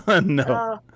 No